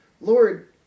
Lord